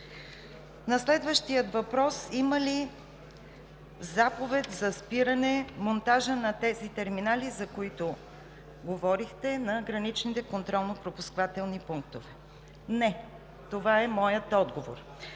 Следващият въпрос: има ли заповед за спиране монтажа на терминалите, за които говорихте, на граничните контролно пропускателни пунктове? Не – това е моят отговор!